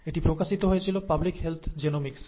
এটি প্রকাশিত হয়েছিল Public Health Genomics এ